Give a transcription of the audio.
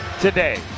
today